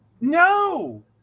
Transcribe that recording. no